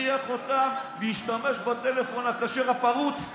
מכריח אותם להשתמש בטלפון הכשר הפרוץ.